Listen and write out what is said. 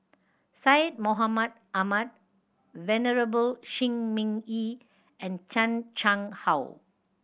Syed Mohamed Ahmed Venerable Shi Ming Yi and Chan Chang How